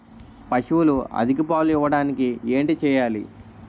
పశువులు అధిక పాలు ఇవ్వడానికి ఏంటి చేయాలి